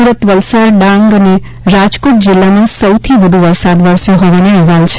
સુરત વલસાડ ડાંગ અને રાજકોટ જિલ્લામાં સૌથી વધુ વરસાદ વરસ્યો હોવાના અહેવાલ છે